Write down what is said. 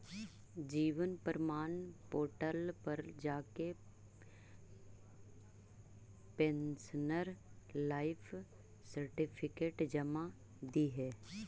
जीवन प्रमाण पोर्टल पर जाके पेंशनर लाइफ सर्टिफिकेट जमा दिहे